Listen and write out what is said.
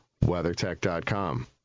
WeatherTech.com